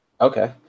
Okay